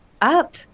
up